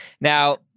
Now